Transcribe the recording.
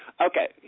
Okay